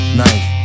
knife